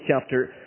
chapter